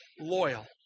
loyal